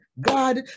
God